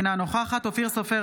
אינה נוכחת אופיר סופר,